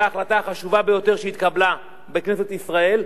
החלטה חשובה ביותר שהתקבלה בכנסת ישראל,